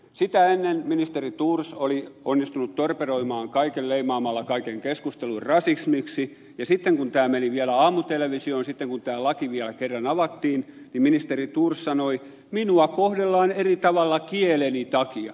sitä ennen ministeri thors oli onnistunut torpedoimaan kaiken leimaamalla kaiken keskustelun rasismiksi ja sitten kun tämä meni vielä aamutelevisioon sitten kun tämä laki vielä kerran avattiin niin ministeri thors sanoi että minua kohdellaan eri tavalla kieleni takia